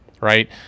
Right